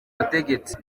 butegetsi